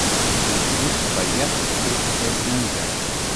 siurblys palieka keistą drūžę